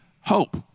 Hope